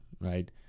right